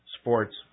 sports